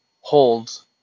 holds